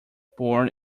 born